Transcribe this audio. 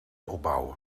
opbouwen